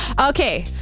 okay